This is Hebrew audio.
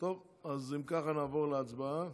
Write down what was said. אז אם ככה, נעבור להצבעה.